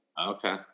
Okay